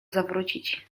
zawrócić